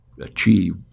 achieve